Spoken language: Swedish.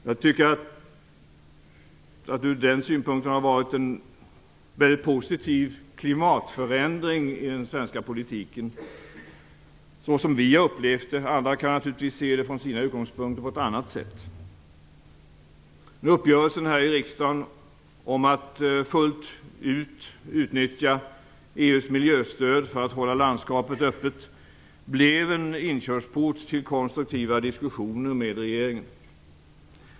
Ur den synpunkten tycker jag att det har skett en väldigt positiv klimatförändring i den svenska politiken åtminstone så som vi har upplevt det - andra kan naturligtvis se det på ett annat sätt utifrån sina utgångspunkter. Uppgörelsen här i riksdagen om att fullt ut utnyttja EU:s miljöstöd för att hålla landskapet öppet blev en inkörsport till konstruktiva diskussioner med regeringen.